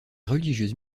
religieuses